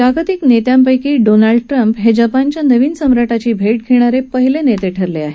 जागतिक नेत्यांपैकी Donald Trump हे जपानच्या नवीन सम्राटाची भेट घेणारे पहिले नेते ठरले आहेत